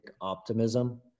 optimism